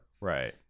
Right